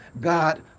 God